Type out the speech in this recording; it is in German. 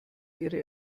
ihre